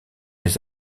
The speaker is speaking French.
les